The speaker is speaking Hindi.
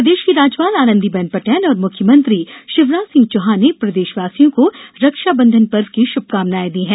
प्रदेश की राज्यपाल आनंदीबेन पटेल और मुख्यमंत्री शिवराज सिंह चौहान ने प्रदेशवासियों को रक्षाबंधन पर्व की शुभकामनाएं दी हैं